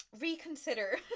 reconsider